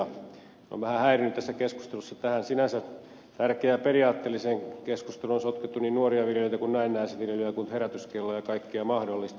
on vähän häirinnyt tässä keskustelussa että tähän sinänsä tärkeään periaatteelliseen keskusteluun on sotkettu niin nuoria viljelijöitä näennäisviljelijöitä kuin herätyskelloja ja kaikkea mahdollista